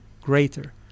greater